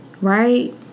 right